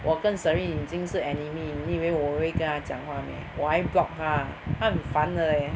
我跟 Serene 已经是 enemy 你以为我会跟她讲话 meh 我还 block 她 leh 她很烦的 leh